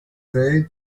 تریل